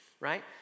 right